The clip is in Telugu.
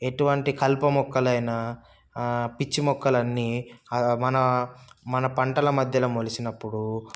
ఎటువంటి కలుప మొక్కలైనా పిచ్చి మొక్కలన్నీ మన మన పంటల మధ్యలో మొలిచినప్పుడు